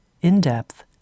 in-depth